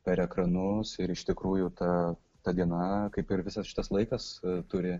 per ekranus ir iš tikrųjų ta ta diena kaip ir visas šitas laikas turi